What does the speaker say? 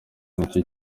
nicyo